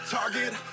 Target